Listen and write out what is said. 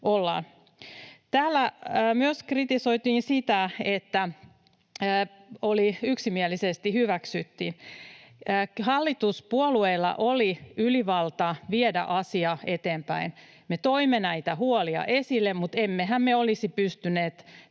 Täällä myös kritisoitiin tätä sillä, että se yksimielisesti hyväksyttiin. Hallituspuolueilla oli ylivalta viedä asia eteenpäin. Me toimme näitä huolia esille, mutta emmehän me olisi pystyneet